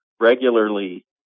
regularly